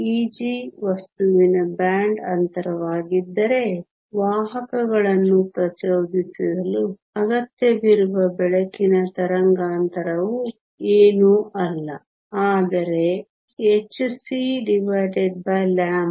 Eg ವಸ್ತುವಿನ band ಅಂತರವಾಗಿದ್ದರೆ ವಾಹಕಗಳನ್ನು ಪ್ರಚೋದಿಸಲು ಅಗತ್ಯವಿರುವ ಬೆಳಕಿನ ತರಂಗಾಂತರವು ಏನೂ ಅಲ್ಲ ಆದರೆ hc